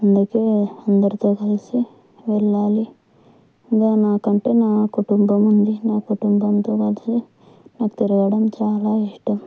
అందుకే అందరితో కలిసి వెళ్ళాలి ఇంకా నాకంటే నా కుటుంబం ఉంది నా కుటుంబంతో కలిసి నాకు తిరగడం చాలా ఇష్టం